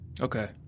okay